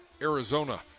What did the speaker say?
Arizona